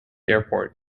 airport